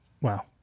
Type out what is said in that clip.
wow